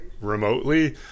remotely